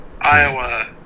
Iowa